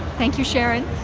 thank you sharon